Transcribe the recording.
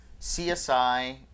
CSI